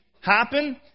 happen